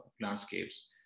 landscapes